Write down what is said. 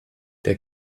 der